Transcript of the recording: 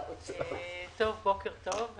בוקר טוב.